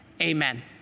Amen